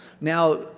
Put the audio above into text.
Now